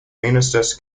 ministers